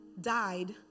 died